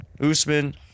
Usman